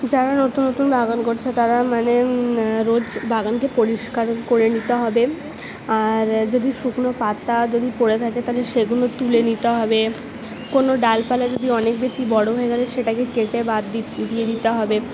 যারা নতুন নতুন বাগান করছে তারা মানে রোজ বাগানকে পরিষ্কার করে নিতে হবে আর যদি শুকনো পাতা যদি পড়ে থাকে তাহলে সেগুলো তুলে নিতে হবে কোনো ডালপালা যদি অনেক বেশি বড়ো হয়ে গেলে সেটাকে কেটে বাদ দিয়ে দিতে হবে